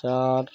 চার